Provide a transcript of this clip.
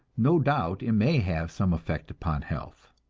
no doubt it may have some effect upon health.